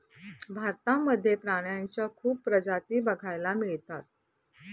भारतामध्ये प्राण्यांच्या खूप प्रजाती बघायला मिळतात